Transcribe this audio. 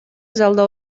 залда